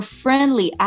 friendly